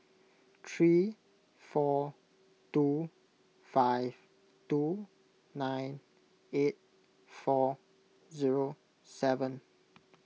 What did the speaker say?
three four two five two nine eight four zero seven